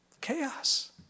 Chaos